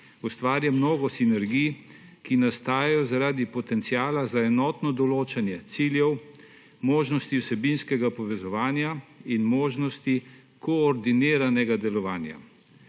ustvarja mnogo sinergij, ki nastajajo zaradi potenciala za enotno določanje ciljev, možnosti vsebinskega povezovanja in možnosti koordiniranega delovanja.